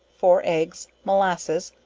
four eggs, molasses,